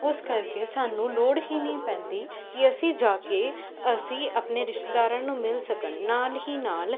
ਉਸ ਕਰਕੇ ਸਾਨੂੰ ਲੋੜ ਹੀ ਨਹੀਂ ਪੈਂਦੀ ਕਿ ਅਸੀਂ ਜਾ ਕੇ ਅਸੀਂ ਆਪਣੇ ਰਿਸ਼ਤੇਦਾਰਾਂ ਨੂੰ ਮਿਲ ਸਕਣ ਨਾਲ ਹੀ ਨਾਲ